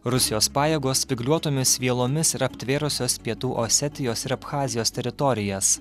rusijos pajėgos spygliuotomis vielomis ir aptvėrusios pietų osetijos ir abchazijos teritorijas